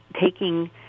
taking